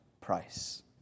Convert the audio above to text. price